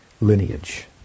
lineage